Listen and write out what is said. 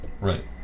right